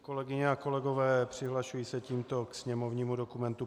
Kolegyně a kolegové, přihlašuji se tímto k sněmovnímu dokumentu 5921.